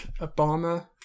Obama